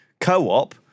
Co-op